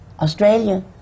Australia